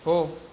हो